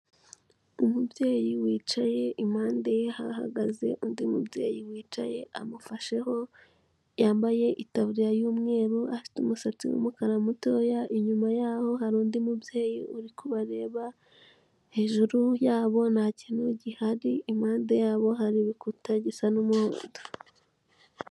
Umubyeyi wicaye, impande ye hahagaze undi mubyeyi wicaye amufasheho yambaye itaburiya y'umweru, afite umusatsi w'umukara mutoya, inyuma yaho hari undi mubyeyi uri kubareba, hejuru yabo ntakintu gihari, impande yabo hari igikuta gisa n'umuhondo.